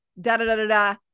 da-da-da-da-da